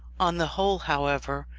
on the whole, however,